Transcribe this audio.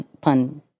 pun